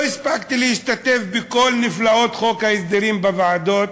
לא הספקתי להשתתף בכל נפלאות חוק ההסדרים בוועדות,